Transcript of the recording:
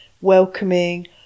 welcoming